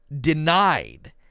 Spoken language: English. denied